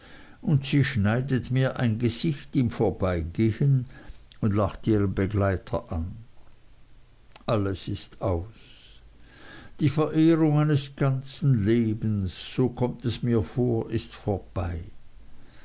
und sie schneidet mir ein gesicht im vorbeigehen und lacht ihren begleiter an alles ist aus die verehrung eines ganzen lebens so kommt es mir vor ist vorbei